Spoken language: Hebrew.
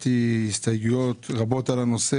הסתייגויות.